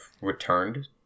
returned